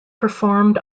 performed